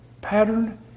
pattern